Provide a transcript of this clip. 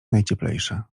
najcieplejsze